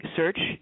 search